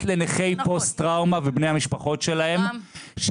לנכי פוסט טראומה ובני המשפחות שלהם,